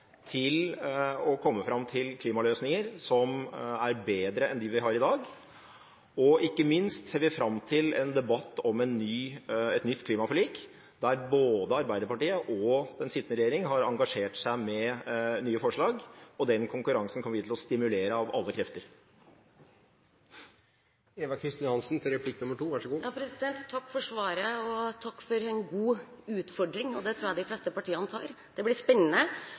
til å komme fram til klimaløsninger som er bedre enn dem vi har i dag, og ikke minst ser vi fram til en debatt om et nytt klimaforlik, der både Arbeiderpartiet og den sittende regjering engasjerer seg og kommer med nye forslag. Den konkurransen kommer vi til å stimulere til med alle krefter. Takk for svaret, og takk for en god utfordring. Den tror jeg de fleste partiene tar. Det blir spennende.